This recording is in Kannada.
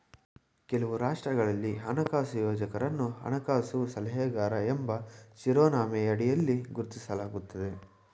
ಕೆಲವು ರಾಷ್ಟ್ರಗಳಲ್ಲಿ ಹಣಕಾಸು ಯೋಜಕರನ್ನು ಹಣಕಾಸು ಸಲಹೆಗಾರ ಎಂಬ ಶಿರೋನಾಮೆಯಡಿಯಲ್ಲಿ ಗುರುತಿಸಲಾಗುತ್ತದೆ